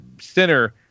center